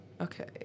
Okay